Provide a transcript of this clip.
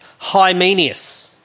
Hymenius